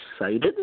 excited